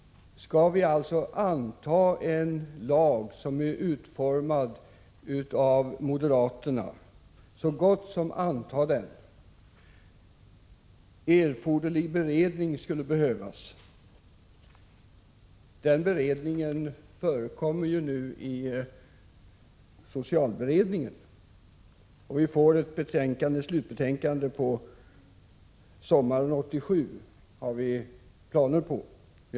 Skall vi alltså så gott som anta en lag som är utformad av moderaterna? Erforderlig beredning skulle genomföras. Sådan beredning förekommer ju nu i socialberedningen, och vi får ett slutbetänkande under sommaren 1987, enligt de planer vi har.